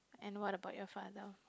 and what about your father